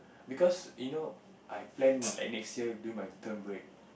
because you know I plan like next year during my term break